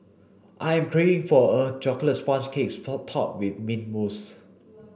I am craving for a chocolate sponge cakes topped with mint mousse